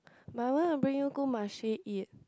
my one will bring you go Marche eat